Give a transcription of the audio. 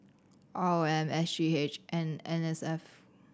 R O M S G H and N S F